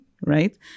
right